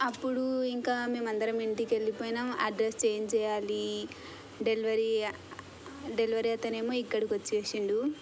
అప్పుడు ఇంకా మేము అందరం ఇంటికెళ్ళి పోయినం అడ్రస్ చేంజ్ చేయాలి డెలివరీ డెలివరీ అతనేమో ఇక్కడికి వచ్చేసాడు